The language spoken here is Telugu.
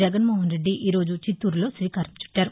జగన్మోహన్రెద్ది ఈ రోజు చిత్తూరులో శ్రీకారం చుట్టారు